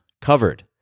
covered